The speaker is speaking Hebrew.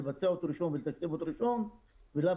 לבצע אותו ראשון ולתקצב אותו ראשון ולאו